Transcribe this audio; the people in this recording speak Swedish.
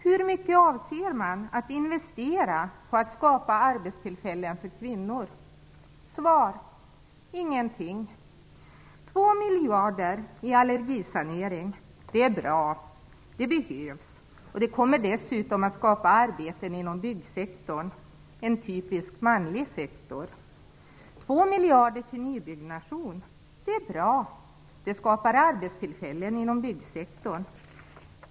Hur mycket avser man att investera på att skapa arbetstillfällen för kvinnor? Svar: ingenting. Två miljarder i allergisanering är bra. Det behövs. Det kommer dessutom att skapa arbeten inom byggsektorn - en typiskt manlig sektor. Två miljarder till nybyggnation är bra. Det skapar arbetstillfällen inom byggsektorn.